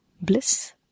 bliss